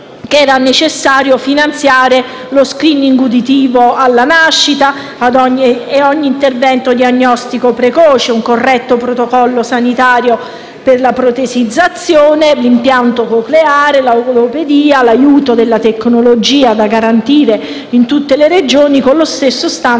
emendamenti per finanziare lo *screening* uditivo alla nascita, ogni intervento diagnostico precoce, un corretto protocollo sanitario per la protesizzazione, l'impianto cocleare, la logopedia, l'aiuto della tecnologia da garantire in tutte le Regioni, con lo stesso *standard*